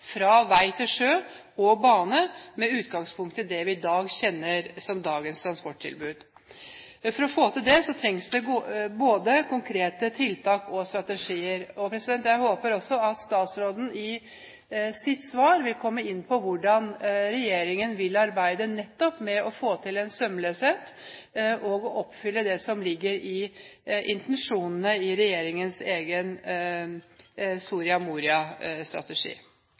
fra vei til sjø og bane med utgangspunkt i det vi i dag kjenner som dagens transporttilbud. For å få til det trengs det både konkrete tiltak og strategier. Jeg håper også at statsråden i sitt svar vil komme inn på hvordan regjeringen vil arbeide nettopp med å få til en sømløshet og å oppfylle det som ligger i intensjonene i regjeringens egen Soria